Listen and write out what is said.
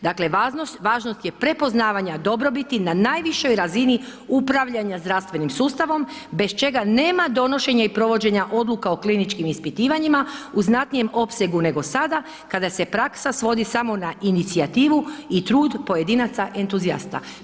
Dakle, važnost je prepoznavanja dobrobiti na najvišoj razini upravljanja zdravstvenim sustavom bez čega nema donošenja i provođenja odluka o kliničkim ispitivanjima u znatnijem opsegu nego sada kada se praksa svodi samo na inicijativu i trud pojedinaca entuzijasta.